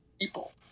people